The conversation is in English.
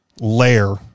layer